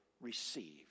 Receive